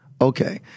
Okay